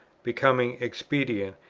becoming, expedient,